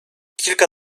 kilka